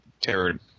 terror